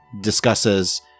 discusses